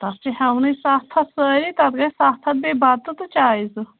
تَتھ چھِ ہٮ۪ونٕے سَتھ ہَتھ سٲری تَتھ گژھِ سَتھ ہَتھ بیٚیہِ بَتہٕ تہٕ چایہِ زٕ